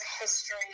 history